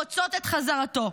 רוצות את חזרתו".